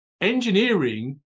Engineering